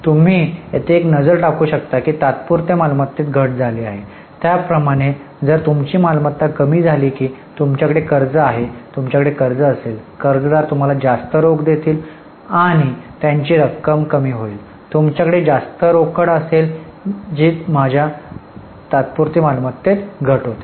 तुम्ही येथे एक नजर टाकू शकता की तात्पुरती मालमत्तेत घट झाली आहे त्याचप्रमाणे जर तुमची मालमत्ता कमी झाली की तुमच्याकडे कर्ज आहे तुमच्याकडे कर्ज असेल कर्जदार तुम्हाला जास्त रोख देतील आणि त्यांची रक्कम कमी होईल आणि तुमच्याकडे जास्त रोकड असेल जी माझ्या तात्पुरती मालमत्तेत घट आहे